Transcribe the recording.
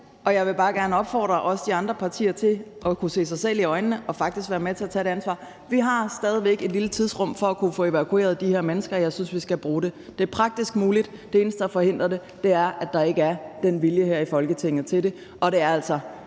Og jeg vil bare gerne også opfordre de andre partier til at kunne se sig selv i øjnene og faktisk være med til at tage et ansvar. Vi har stadig væk et lille tidsrum til at kunne få evakueret de her mennesker, og jeg synes, at vi skal bruge det. Det er praktisk muligt, og det eneste, der forhindrer det, er, at der ikke er den vilje her i Folketinget til det. Det er altså